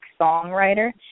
songwriter